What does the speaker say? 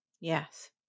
Yes